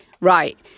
Right